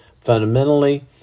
Fundamentally